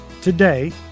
Today